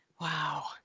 Wow